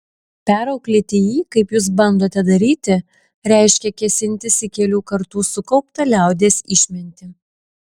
perauklėti jį kaip jūs bandote daryti reiškia kėsintis į kelių kartų sukauptą liaudies išmintį